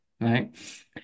Right